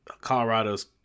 Colorado's